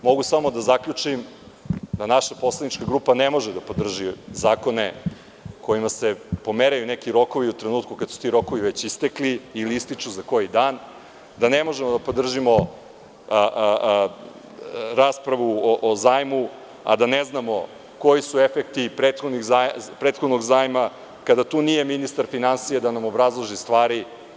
Mogu samo da zaključim da naša poslanička grupa ne može da podrži zakone kojima se pomeraju neki rokovi u trenutku kada su ti rokovi već istekli ili ističu za koji dan, da ne možemo da podržimo raspravu o zajmu a da ne znamo koji su efekti prethodnog zajma, kada tu nije ministar finansija da nam obrazloži stvari.